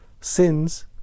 sins